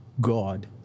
God